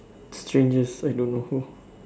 strangers I don't know who